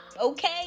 okay